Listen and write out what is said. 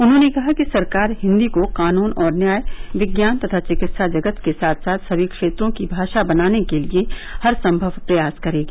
उन्होंने कहा कि सरकार हिन्दी को कानून और न्याय विज्ञान तथा चिकित्सा जगत के साथ साथ समी क्षेत्रों की भाषा बनाने के लिए हरसंभव प्रयास करेगी